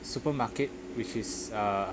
supermarket which is uh